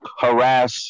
harass